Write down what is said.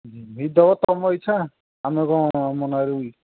ଯେମିତି ଦେବ ତମ ଇଚ୍ଛା ଆମେ କ'ଣ ମନା କରିବୁକି